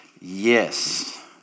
Yes